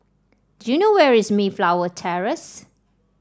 do you know where is Mayflower Terrace